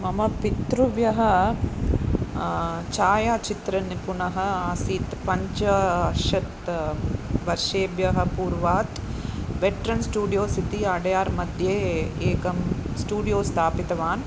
मम पित्रुव्यः छायाचित्रनिपुणः आसीत् पञ्च वर्षत् वर्षेभ्यः पूर्वात् वेट्रन् स्टुडियोस् इति अडयार्मध्ये एकं स्टुडियो स्थापितवान्